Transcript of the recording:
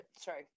Sorry